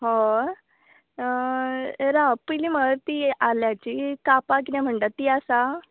हय राव पयली म्हाका तीं आल्याचीं कांपां कितें म्हणटा तीं आसा